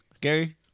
Gary